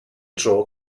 dro